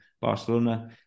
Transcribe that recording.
Barcelona